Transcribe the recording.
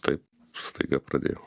taip staiga pradėjo